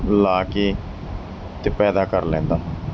ਲਾ ਕੇ ਅਤੇ ਪੈਦਾ ਕਰ ਲੈਂਦਾ ਹਾਂ